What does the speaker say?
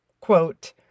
quote